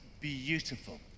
beautiful